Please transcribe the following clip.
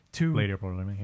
later